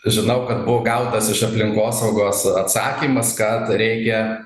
žinau kad buvo gautas iš aplinkosaugos atsakymas kad reikia